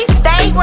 stay